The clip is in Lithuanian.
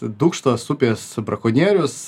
dūkštos upės brakonierius